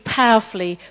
powerfully